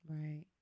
Right